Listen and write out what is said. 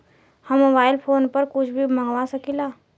हम mobile phone पर कुछ भी मंगवा सकिला?